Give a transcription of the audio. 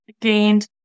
gained